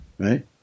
Right